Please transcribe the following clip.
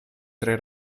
tre